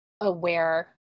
aware